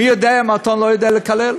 מי יודע אם האתון לא יודעת לקלל?